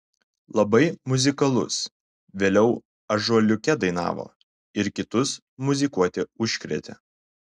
labai muzikalus vėliau ąžuoliuke dainavo ir kitus muzikuoti užkrėtė